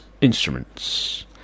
instruments